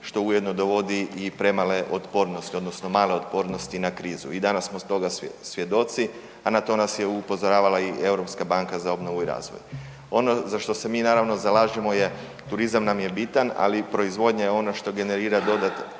što ujedno dovodi i premale otpornosti odnosno male otpornosti na krizu. I danas smo stoga svjedoci a na to nas je upozoravala i EBRD. Ono za što se mi naravno je zalažemo je turizam nam je bitan ali i proizvodnja je ono što generira jedan